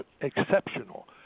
Exceptional